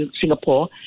Singapore